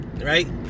right